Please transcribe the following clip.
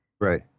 Right